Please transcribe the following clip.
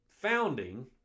founding